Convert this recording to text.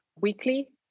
weekly